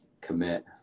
commit